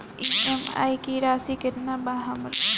EMI की राशि केतना बा हमर?